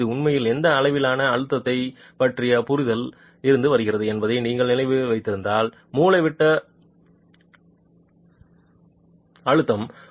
5 உண்மையில் எந்த அளவிலான அழுத்தத்தைப் பற்றிய புரிதலில் இருந்து வருகிறது என்பதை நீங்கள் நினைவில் வைத்திருந்தால் மூலைவிட்ட பதற்றம்